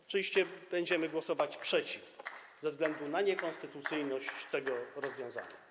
Oczywiście będziemy głosować przeciw ze względu na niekonstytucyjność tego rozwiązania.